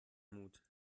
mut